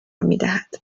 میدهد